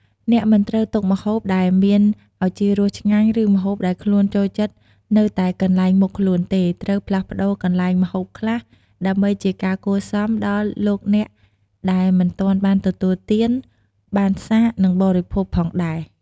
អ្នកមិនត្រូវទុកម្ហូបដែលមានឱជារសឆ្ងាញ់ ឬម្ហូបដែលខ្លួនចូលចិត្ត នៅតែកន្លែងមុខខ្លួនទេ ត្រូវផ្លាស់ប្តូរកន្លែងម្ហូបខ្លះ ដើម្បីជាការគួរសមដល់លោកអ្នកដែលមិនទានបានទទួលទាន បានសាក និងបិភោគផងដែរ។